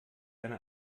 eine